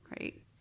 right